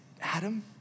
Adam